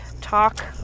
talk